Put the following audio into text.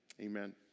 Amen